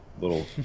little